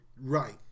right